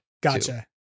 Gotcha